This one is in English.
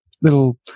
little